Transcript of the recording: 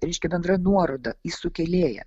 reiškia bendra nuoroda į sukėlėją